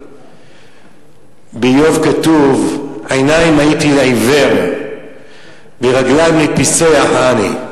באיוב כתוב: עיניים הייתי לעיוור ורגליים לפיסח אני.